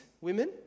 women